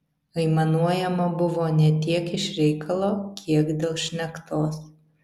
aimanuojama buvo ne tiek iš reikalo kiek dėl šnektos